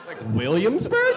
Williamsburg